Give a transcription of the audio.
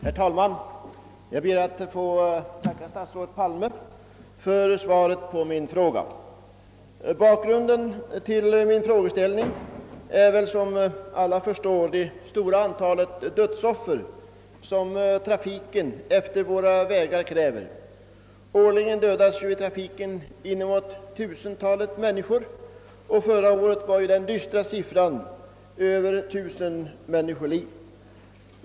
Herr talman! Jag ber att få tacka statsrådet Palme för svaret på min fråga. Bakgrunden till min fråga är som väl alla förstår det stora antalet dödsoffer som trafiken på våra vägar kräver. Årligen dödas i trafiken inemot tusentalet människor, och förra året var den dystra siffran över 1000 människoliv.